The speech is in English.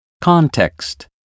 Context